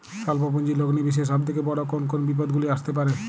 স্বল্প পুঁজির লগ্নি বিষয়ে সব থেকে বড় কোন কোন বিপদগুলি আসতে পারে?